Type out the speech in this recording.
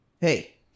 hey